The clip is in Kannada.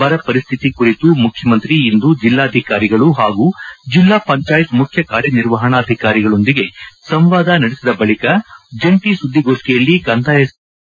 ಬರ ಪರಿಸ್ಟಿತಿ ಕುರಿತು ಮುಖ್ಯಮಂತ್ರಿ ಇಂದು ಜಿಲ್ಲಾಧಿಕಾರಿಗಳು ಹಾಗೂ ಜಿಲ್ಲಾ ಪಂಜಾಯತ್ ಮುಖ್ಯ ಕಾರ್ಯನಿರ್ವಹಣಾಧಿಕಾರಿಗಳೊಂದಿಗೆ ಸಂವಾದ ನಡೆಸಿದ ಬಳಿಕ ಜಂಟಿ ಸುದ್ಲಿಗೋಷ್ನಿಯಲ್ಲಿ ಕಂದಾಯ ಸಚಿವ ಆರ್